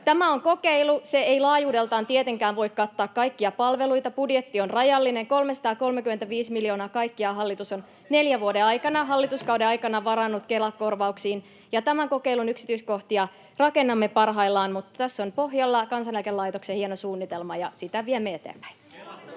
Tämä on kokeilu. Se ei laajuudeltaan tietenkään voi kattaa kaikkia palveluita. Budjetti on rajallinen. 335 miljoonaa kaikkiaan hallitus on neljän vuoden aikana, hallituskauden aikana, varannut Kela-korvauksiin, ja tämän kokeilun yksityiskohtia rakennamme parhaillaan. Tässä on pohjalla Kansaneläkelaitoksen hieno suunnitelma, ja sitä viemme eteenpäin.